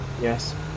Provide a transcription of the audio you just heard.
Yes